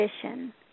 condition